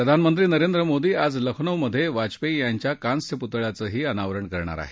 प्रधानमंत्री नरेंद्र मोदी आज लखनऊमधे वाजपेयी यांच्या कांस्य पुतळ्याचं अनावरणही करणार आहेत